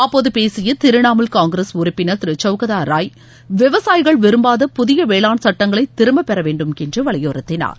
அப்போது பேசிய திரிணமுல் காங்கிரஸ் உறுப்பினர் திரு சௌகதா ராய் விவசாயிகள் விரும்பாத புதிய வேளாண் சடடங்களை திரும்ப பெற வேண்டும் என்று வலியுறுத்தினார்